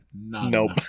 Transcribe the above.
Nope